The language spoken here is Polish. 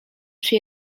czy